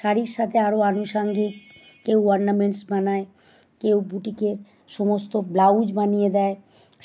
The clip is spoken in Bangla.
শাড়ির সাথে আরো আনুসাঙ্গিক কেউ অরনামেন্টস বানায় কেউ বুটিকে সমস্ত ব্লাউজ বানিয়ে দেয়